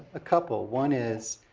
a couple, one is,